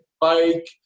bike